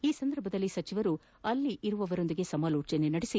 ಈ ಸಂದರ್ಭದಲ್ಲಿ ಸಚಿವರು ಅಲ್ಲಿರುವವರೊಂದಿಗೆ ಸಮಾಲೋಚನೆ ನಡೆಸಿ